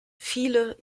viele